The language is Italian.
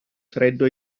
freddo